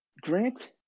Grant